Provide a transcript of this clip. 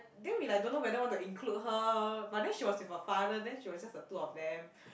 then we like don't know whether want to include her but then she was with her father then she was just the two of them